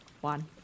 one